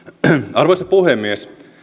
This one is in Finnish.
arvoisa puhemies